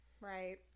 right